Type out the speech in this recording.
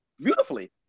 beautifully